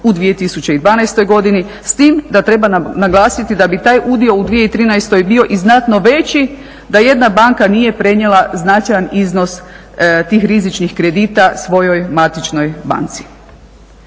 u 2012. godini, s tim da treba naglasiti da bi taj udio u 2013. bio i znatno veći da jedna banka nije prenijela značajan iznos tih rizičnih kredita svojoj matičnoj banci.